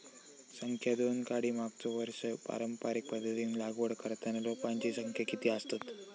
संख्या दोन काडी मागचो वर्षी पारंपरिक पध्दतीत लागवड करताना रोपांची संख्या किती आसतत?